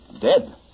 Dead